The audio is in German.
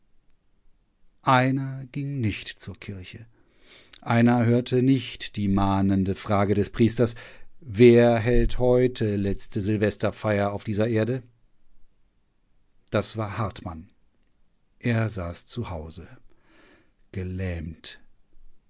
einer ging nicht zur kirche einer hörte nicht die mahnende frage des priesters wer hält heute letzte silvesterfeier auf dieser erde das war hartmann er saß zu hause gelähmt